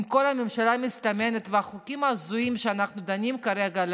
עם כל הממשלה המסתמנת והחוקים ההזויים שאנחנו דנים עליהם כרגע,